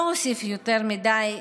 לא אוסיף יותר מדי,